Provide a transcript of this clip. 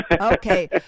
Okay